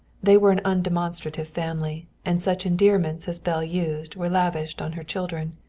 they were an undemonstrative family, and such endearments as belle used were lavished on her children.